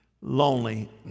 lonely